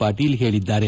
ಪಾಟೀಲ್ ಹೇಳಿದ್ದಾರೆ